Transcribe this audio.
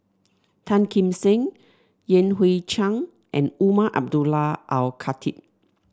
Tan Kim Seng Yan Hui Chang and Umar Abdullah Al Khatib